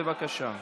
בבקשה.